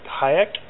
Hayek